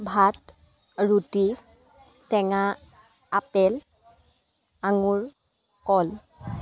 ভাত ৰুটি টেঙা আপেল আঙুৰ কল